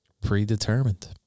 predetermined